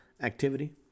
Activity